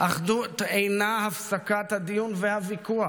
אחדות אינה הפסקת הדיון והוויכוח.